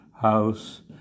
house